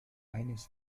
eines